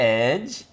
edge